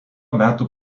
metų